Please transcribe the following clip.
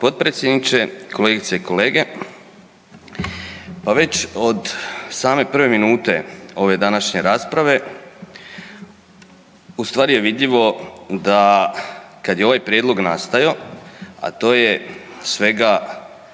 potpredsjedniče, kolegice i kolege. Pa već od same prve minute ove današnje rasprave, ustvari je vidljivo da kad je ovaj prijedlog nastajao a to je svega